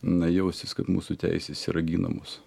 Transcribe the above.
na jaustis kad mūsų teisės yra ginamos